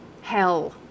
hell